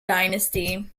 dynasty